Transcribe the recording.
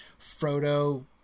Frodo